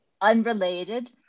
unrelated